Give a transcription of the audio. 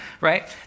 right